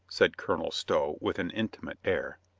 said colonel stow with an intimate air.